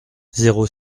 zéro